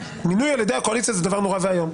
שמינוי על ידי הקואליציה זה דבר נורא ואיום.